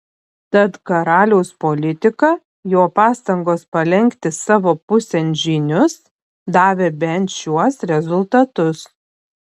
tad karaliaus politika jo pastangos palenkti savo pusėn žynius davė bent šiuos rezultatus